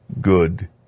good